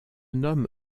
nomment